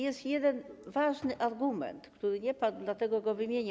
Jest jeden ważny argument, który nie padł, dlatego go wymienię.